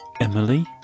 Emily